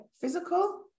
Physical